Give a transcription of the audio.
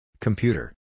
Computer